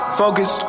focus